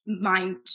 mind